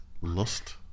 Lust